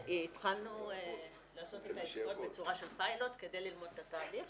והתחלנו לעשות את העסקאות בצורה של פיילוט כדי ללמוד את התהליך,